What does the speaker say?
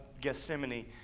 Gethsemane